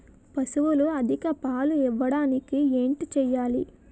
పశువులు అధిక పాలు ఇవ్వడానికి ఏంటి చేయాలి